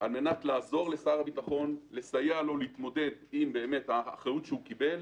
על מנת לעזור לשר הביטחון להתמודד עם האחריות שהוא קיבל,